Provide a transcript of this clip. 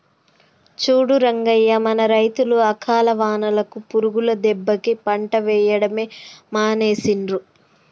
చూడు రంగయ్య మన రైతులు అకాల వానలకు పురుగుల దెబ్బకి పంట వేయడమే మానేసిండ్రు